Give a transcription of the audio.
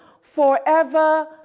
forever